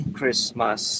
Christmas